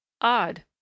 Odd